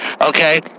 Okay